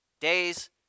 days